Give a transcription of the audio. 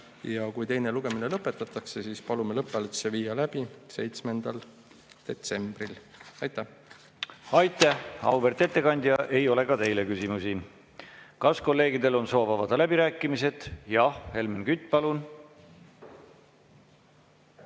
ja kui teine lugemine lõpetatakse, siis palume lõpphääletus viia läbi 7. detsembril. Aitäh! Aitäh, auväärt ettekandja! Ei ole ka teile küsimusi. Kas kolleegidel on soov avada läbirääkimised? Jah. Helmen Kütt, palun!